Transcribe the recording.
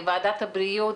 בוועדת הבריאות,